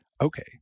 Okay